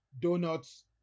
donuts